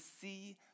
see